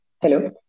Hello